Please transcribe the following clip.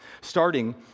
starting